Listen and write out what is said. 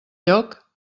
lloc